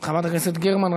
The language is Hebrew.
חברת הכנסת גרמן,